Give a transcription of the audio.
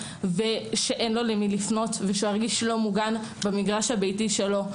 ושאין לו למי לפנות ושירגיש לא מוגן במגרש הביתי שלו.